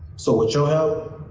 so, with your help,